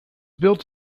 built